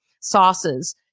sauces